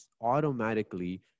automatically